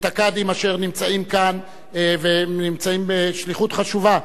את הקאדים אשר נמצאים כאן ונמצאים בשליחות חשובה,